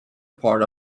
part